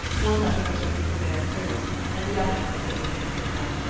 one letter was written from vera cruz and the other from the city of mexico.